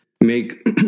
make